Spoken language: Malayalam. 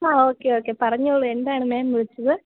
അ ഓക്കേ ഓക്കേ പറഞ്ഞോളൂ എന്താണ് മാം വിളിച്ചത്